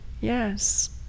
Yes